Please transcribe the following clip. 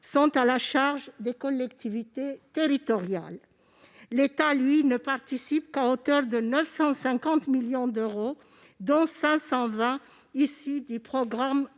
étant à la charge des collectivités territoriales. L'État ne participe qu'à hauteur de 950 millions d'euros, dont 520 millions issus du programme